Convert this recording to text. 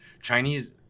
Chinese